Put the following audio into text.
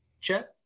Chet